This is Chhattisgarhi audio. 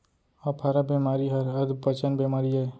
अफारा बेमारी हर अधपचन बेमारी अय